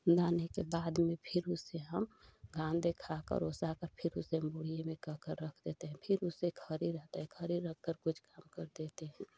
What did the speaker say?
दाने के बाद में फ़िर उसे हम घाम दिखाकर उसा कर फ़िर उसे बोरी में कर के रख देते है फ़िर उसे खड़े रहते हैं खड़े रहकर कुछ काम कर देते हैं